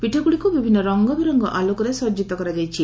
ପୀଠଗୁଡ଼ିକୁ ବିଭିନ୍ନ ରଙ୍ଗ ବେରଙ୍ଗ ଆଲୋକରେ ସଜିତ କରାଯାଇଛି